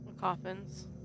Coffins